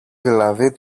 δηλαδή